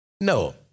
No